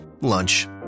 Lunch